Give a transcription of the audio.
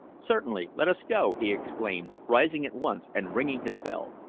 certainly. let us go, he exclaimed, rising at once and ringing his bell.